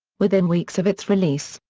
within weeks of its release,